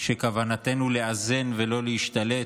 שכוונתנו לאזן ולא להשתלט.